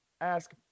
ask